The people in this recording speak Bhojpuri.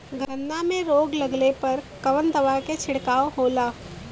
गन्ना में रोग लगले पर कवन दवा के छिड़काव होला?